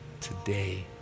Today